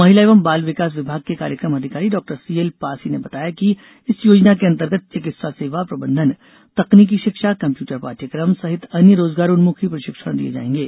महिला एवं बाल विकास विभाग के कार्यक्रम अधिकारी डॉ सीएल पासी ने बताया कि इस योजना के अंतर्गत चिकित्सा सेवा प्रबंधन तकनीकी षिक्षा कम्प्यूटर पाठ्यक्रम सहित अन्य रोजगारोन्मुखी प्रषिक्षण दिए जाएंगे